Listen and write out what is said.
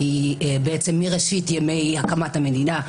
היא מראשית ימי הקמת המדינה,